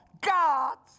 God's